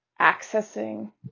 accessing